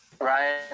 Ryan